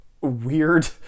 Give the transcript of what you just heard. weird